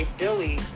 billy